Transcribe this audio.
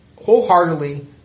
wholeheartedly